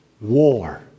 war